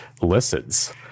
listens